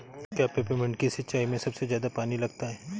क्या पेपरमिंट की सिंचाई में सबसे ज्यादा पानी लगता है?